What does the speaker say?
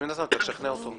אז מן הסתם צריך לשכנע אתו.